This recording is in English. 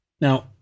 now